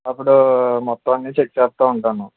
అప్పుడు మొత్తం అన్నీ చెక్ చేస్తు ఉంటాను